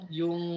yung